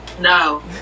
No